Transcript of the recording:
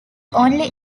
only